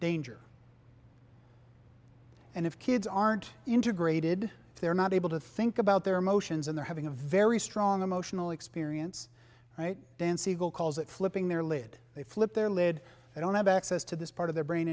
danger and if kids aren't integrated they're not able to think about their emotions and they're having a very strong emotional experience right dan siegel calls it flipping their lid they flip their lead they don't have access to this part of their brain